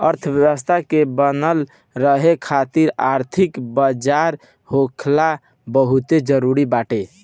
अर्थव्यवस्था के बनल रहे खातिर आर्थिक बाजार होखल बहुते जरुरी बाटे